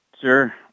Sure